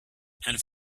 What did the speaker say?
and